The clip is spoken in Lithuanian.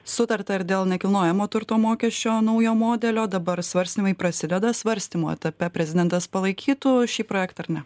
sutarta ir dėl nekilnojamo turto mokesčio naujo modelio dabar svarstymai prasideda svarstymų etape prezidentas palaikytų šį projektą ar ne